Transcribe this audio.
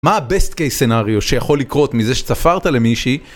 מה הבסט קייס סנאריו שיכול לקרות מזה שצפרת למישהי?